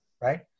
right